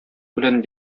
белән